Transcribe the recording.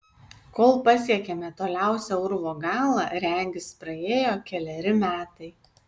kol pasiekėme toliausią urvo galą regis praėjo keleri metai